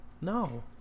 No